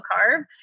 carb